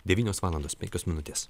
devynios valandos penkios minutės